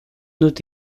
dut